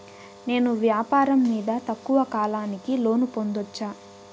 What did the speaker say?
నేను వ్యాపారం మీద తక్కువ కాలానికి లోను పొందొచ్చా?